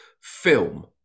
film